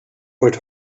but